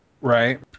Right